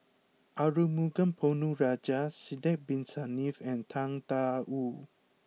Arumugam Ponnu Rajah Sidek bin Saniff and Tang Da Wu